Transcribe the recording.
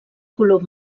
color